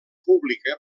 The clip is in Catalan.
pública